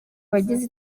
bagize